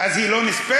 אז היא לא נספרת?